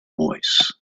voice